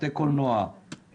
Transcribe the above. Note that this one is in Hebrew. בתי קולנוע,